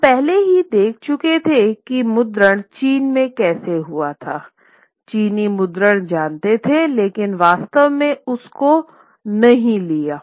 हम पहले ही देख चुके थे कि मुद्रण चीन में कैसे हुआ था चीनी मुद्रण जानते थे लेकिन वास्तव में उस को नहीं लिया